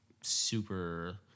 super